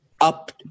up